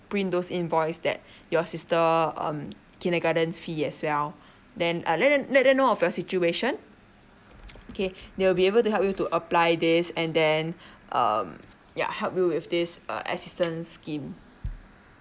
print those invoice that your sister um kindergarten fee as well then uh let them let them know of your situation okay they will be able to help you to apply this and then um ya help you with this uh assistance scheme